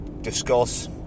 discuss